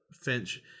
Finch